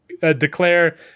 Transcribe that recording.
declare